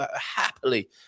happily